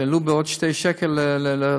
שהעלו בעוד 2 שקל לחפיסה.